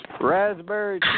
Raspberry